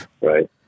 Right